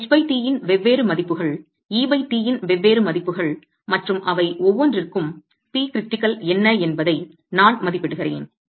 ht இன் வெவ்வேறு மதிப்புகள் et இன் வெவ்வேறு மதிப்புகள் மற்றும் அவை ஒவ்வொன்றிற்கும் Pcritical என்ன என்பதை நான் மதிப்பிடுகிறேன்